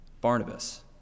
Barnabas